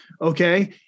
okay